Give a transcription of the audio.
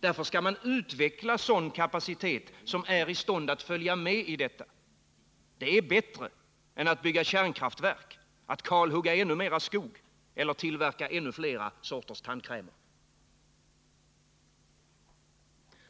Därför skall man utveckla sådan kapacitet som är i stånd att följa med i detta. Det är bättre än att bygga kärnkraftverk, kalhugga ; ännu mer skog eller tillverka ännu flera sorters tandkräm.